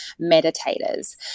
meditators